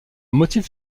motif